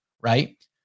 right